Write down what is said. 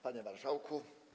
Panie Marszałku!